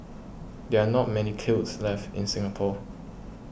there are not many kilns left in Singapore